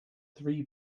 three